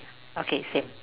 okay same